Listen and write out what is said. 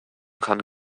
kann